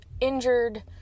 injured